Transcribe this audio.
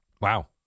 Wow